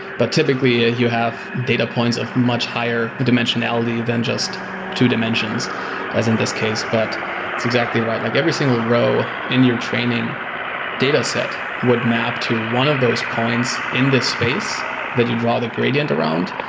but typically, ah you have data points of much higher dimensionality than just two dimensions as in this case, but it's exactly right. like every single row in your training dataset would map to one of those points in this space that you draw the gradient around,